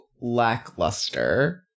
lackluster